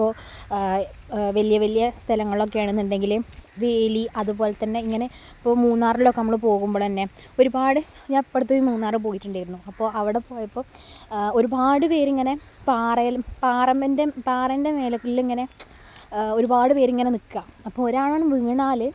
അപ്പോൾ ആ വലിയ വലിയ സ്ഥലങ്ങളൊക്കെയാണെന്നുണ്ടെങ്കിൽ വേലി അതുപോലെ തന്നെ ഇങ്ങനെ ഇപ്പോൾ മൂന്നാറിലൊക്കെ നമ്മൾ പോകുമ്പോൾ തന്നെ ഒരുപാട് ഞാനപ്പടത്ത് പോയി മൂന്നാർ പോയിട്ടുണ്ടായിരുന്നു അപ്പോൾ അവിടെ പോയപ്പോൾ ഒരുപാട് പേരിങ്ങനെ പാറയിൽ പാറമെന്റ് പാറേന്റെ മേലേലും ഇങ്ങനെ ഒരുപാട് പേരിങ്ങനെ നിൽക്കാ അപ്പോൾ ഒരാളെങ്ങ് വീണാൽ